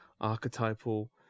archetypal